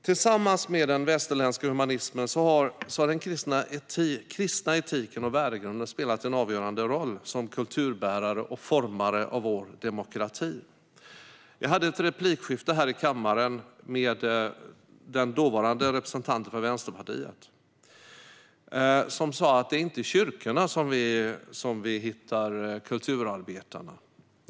Tillsammans med den västerländska humanismen har den kristna etiken och värdegrunden spelat en avgörande roll som kulturbärare och formare av vår demokrati. Jag hade ett replikskifte här i kammaren med den dåvarande representanten för Vänsterpartiet, som sa att det inte är i kyrkorna som vi hittar kulturarbetarna.